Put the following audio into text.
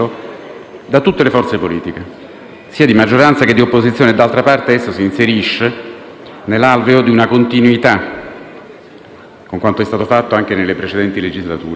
da tutte le forze politiche sia di maggioranza che di opposizione. D'altra parte, esso si inserisce nell'alveo di una continuità con quanto è stato fatto anche nelle precedenti legislature.